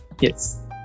yes